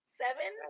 seven